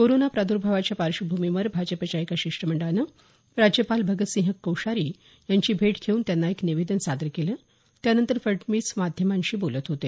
corona प्राद्भावाच्या पार्श्वभूमीवर भाजपच्या एका शिष्टमंडळाने राज्यपाल भगतसिंह कोश्यारी यांची भेट घेऊन त्यांना एक निवेदन सादर केलं त्यानंतर फडणवीस माध्यमांशी बोलत होते